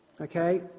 okay